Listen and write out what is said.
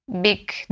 big